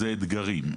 זה אתגרים.